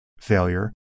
failure